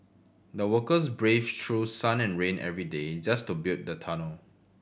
the workers brave through sun and rain every day just to build the tunnel